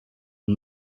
und